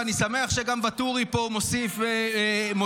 ואני שמח שגם ואטורי פה מוסיף אליי,